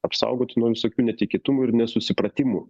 apsaugoti nuo visokių netikėtumų ir nesusipratimų